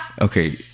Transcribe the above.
okay